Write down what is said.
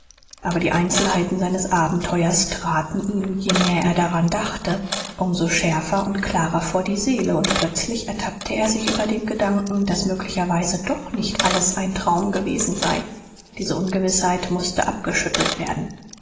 aber die einzelheiten seines abenteuers traten ihm je mehr er daran dachte um so schärfer und klarer vor die seele und plötzlich ertappte er sich über dem gedanken daß möglicherweise doch nicht alles ein traum gewesen sei diese ungewißheit mußte abgeschüttelt werden